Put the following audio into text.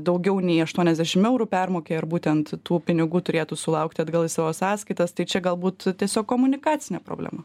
daugiau nei aštuoniasdešim eurų permokėjo ir būtent tų pinigų turėtų sulaukti atgal į savo sąskaitas tai čia galbūt tiesiog komunikacinė problema